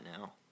now